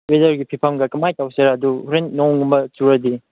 ꯋꯦꯗꯔꯒꯤ ꯐꯤꯕꯝꯒ ꯀꯃꯥꯏ ꯇꯧꯁꯤꯔꯥ ꯑꯗꯨ ꯍꯣꯔꯦꯟ ꯅꯣꯡꯒꯨꯝꯕ ꯆꯨꯔꯗꯤ